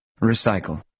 Recycle